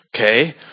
okay